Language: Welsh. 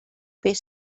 beth